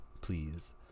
please